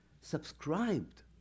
subscribed